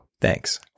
thanks